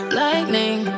lightning